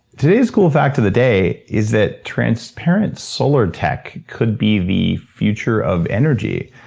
today's cool fact of the day is that transparent solar tech could be the future of energy.